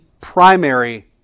primary